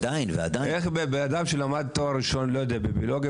איך אדם שלמד תואר ראשון בביולוגיה